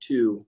Two